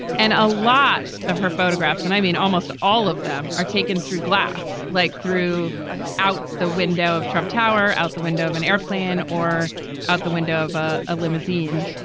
and a lot of her photographs and i mean, almost all of them are taken through glass, like through out the window of trump tower, out the window of an airplane or out the window of ah a limousine.